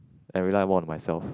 I rely more on myself